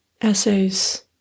essays